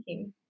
Okay